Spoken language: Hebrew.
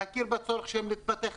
להכיר בצורך שלהם להתפתח,